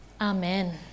Amen